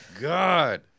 God